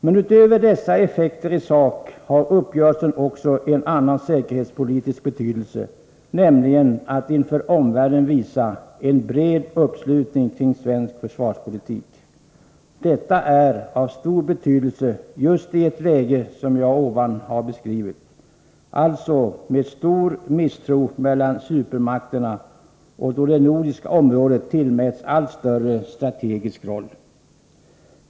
Men utöver dessa effekter i sak har uppgörelsen ytterligare säkerhetspolitisk betydelse, nämligen att vi inför omvärlden visar en bred uppslutning kring svensk försvarspolitik. Detta är av stor betydelse just i ett läge som det jag beskrivit, där det råder stor misstro mellan supermakterna och där det nordiska området tillmäts allt större strategisk roll.